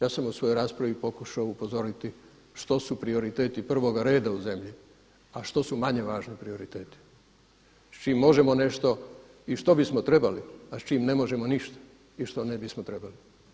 Ja sam u svojoj raspravi pokušao upozoriti što su prioriteti prvoga reda u zemlji, a što su manje važni prioriteti, s čim možemo nešto i što bismo trebali, a s čim ne možemo ništa i što ne bismo trebali.